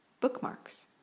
Bookmarks